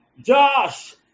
Josh